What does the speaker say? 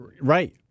Right